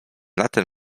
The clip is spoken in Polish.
latem